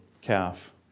calf